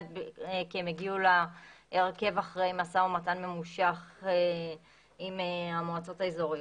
כי הם הגיעו להרכב אחרי משא ומתן ממושך עם המועצות האזוריות.